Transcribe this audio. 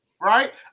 right